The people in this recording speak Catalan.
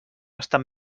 estan